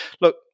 look